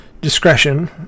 discretion